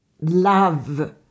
love